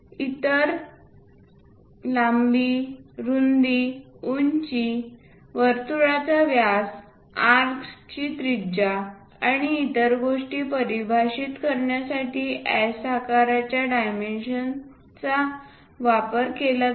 तर लांबी रुंदी उंची वर्तुळांचा व्यास आर्क्सची त्रिज्या आणि इतर गोष्टी परिभाषित करण्यासाठी S आकाराच्या डायमेन्शन यांचा वापर केला जातो